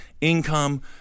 income